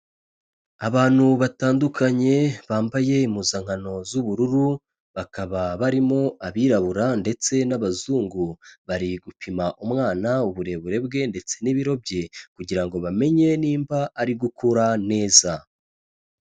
Abantu batandukanye bambaye impuzankano z'ubururu bakaba barimo abirabura ndetse n'abazungu, bari gupima umwana uburebure bwe ndetse n'ibiro bye kugira ngo bamenye nimba ari gukura neza.